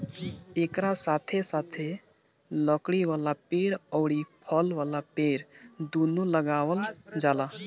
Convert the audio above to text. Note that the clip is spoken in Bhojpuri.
एकरा साथे साथे लकड़ी वाला पेड़ अउरी फल वाला पेड़ दूनो लगावल जाला